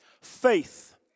faith